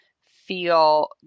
feel